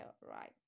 right